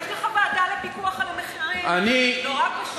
יש לך ועדה לפיקוח על המחירים, נורא פשוט.